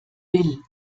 will